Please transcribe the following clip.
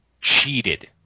cheated